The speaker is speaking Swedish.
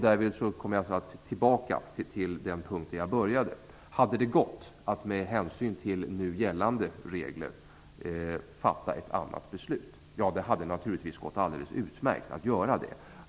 Därvid kommer jag tillbaka till den punkt där jag började. Hade det med hänsyn till nu gällande regler gått att fatta ett annat beslut? Ja, det hade naturligtvis gått alldeles utmärkt att göra det.